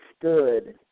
stood